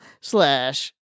slash